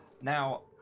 Now